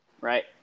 right